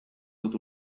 dut